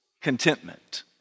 contentment